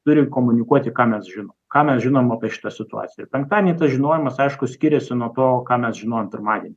turim komunikuoti ką mes žinom ką mes žinom apie šitą situaciją penktadienį tas žinojimas aišku skiriasi nuo to ką mes žinojom pirmadienį